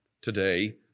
today